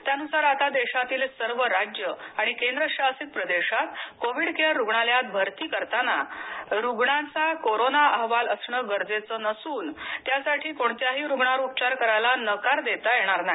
त्यानुसार आता देशातील सर्व राज्य आणि केंद्रशासित प्रदेशात कोविड केअर रुग्णालयात भरती करताना रुग्णाचा कोरोना अहवाल असण गरजेचं नसून त्यासाठी कोणत्याही रुग्णावर उपचार करायला नकार देता येणार नाही